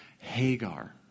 Hagar